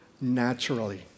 naturally